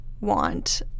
want